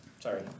Sorry